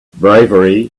bravery